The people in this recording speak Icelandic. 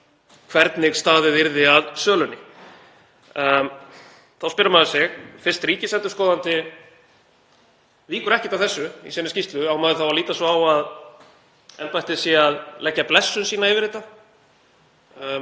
hvernig staðið yrði að sölunni. Þá spyr maður sig: Fyrst ríkisendurskoðandi víkur ekkert af þessu í sinni skýrslu á maður þá að líta svo á að embættið sé að leggja blessun sína yfir þetta?